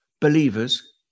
believers